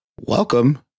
Welcome